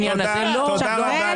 תודה רבה.